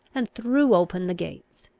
and threw open the gates.